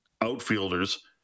outfielders